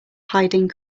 hiding